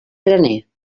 graner